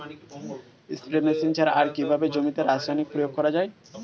Spray machine ছাড়া আর কিভাবে জমিতে রাসায়নিক প্রয়োগ করা যায়?